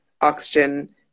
oxygen